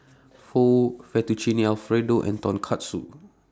Pho Fettuccine Alfredo and Tonkatsu